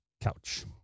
couch